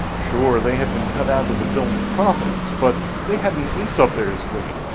sure they had been cut out of the film's profits, but they had an ace up their sleeve.